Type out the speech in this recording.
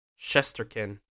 Shesterkin